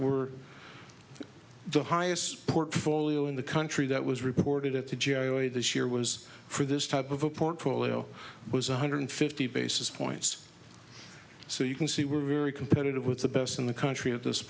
we're the highest portfolio in the country that was reported at the g a o way this year was for this type of a portfolio was one hundred fifty basis points so you can see we're very competitive with the best in the country at this